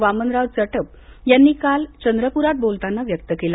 वामनराव चटप यांनी काल चंद्रपुरात बोलताना व्यक्त केला